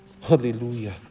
Hallelujah